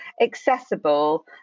accessible